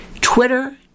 Twitter